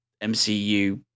MCU